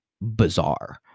bizarre